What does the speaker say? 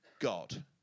God